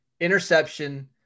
interception